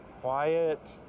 Quiet